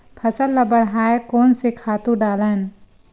फसल ल बढ़ाय कोन से खातु डालन?